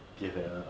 give it up